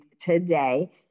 today